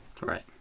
Right